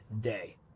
day